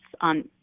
on